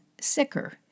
sicker